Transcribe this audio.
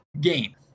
game